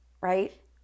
Right